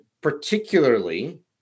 particularly